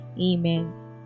Amen